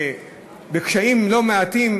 בקשיים לא מעטים,